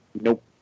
Nope